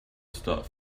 stuff